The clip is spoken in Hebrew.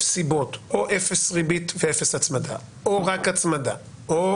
סיבות או אפס ריבית ואפס הצמדה או רק הצמדה או